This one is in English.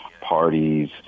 parties